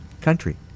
country